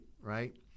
right